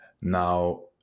Now